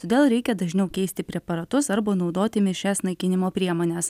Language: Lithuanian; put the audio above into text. todėl reikia dažniau keisti preparatus arba naudoti mišrias naikinimo priemones